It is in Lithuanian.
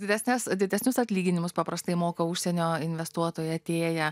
didesnes didesnius atlyginimus paprastai moka užsienio investuotojai atėję